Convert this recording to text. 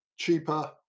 cheaper